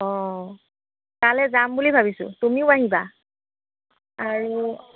অঁ তালৈ যাম বুলি ভাবিছোঁ তুমিও আহিবা আৰু